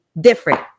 different